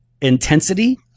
intensity